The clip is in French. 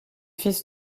fils